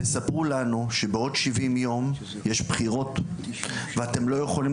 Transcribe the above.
תספרו לנו שבעוד 70 יום יש בחירות ואתם לא יכולים